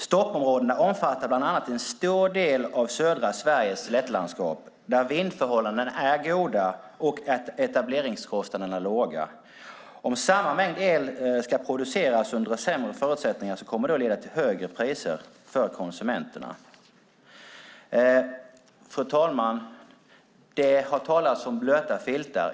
Stoppområdena omfattar bland annat en stor del av södra Sveriges slättlandskap, där vindförhållandena är goda och etableringskostnaderna låga. Om samma mängd el ska produceras under sämre förutsättningar kommer det att leda till högre priser för konsumenterna. Fru talman! Det har talats om blöta filtar.